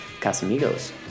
Casamigos